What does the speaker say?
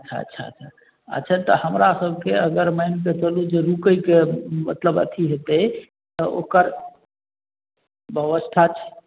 अच्छा अच्छा अच्छा तऽ हमरा सभके अगर मानिके चलू जे रुकैके मतलब अथी हेतै तऽ ओकर बेबस्था